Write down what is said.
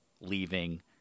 leaving